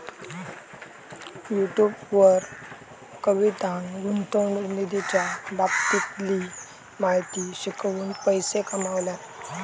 YouTube वर कवितान गुंतवणूक निधीच्या बाबतीतली माहिती शिकवून पैशे कमावल्यान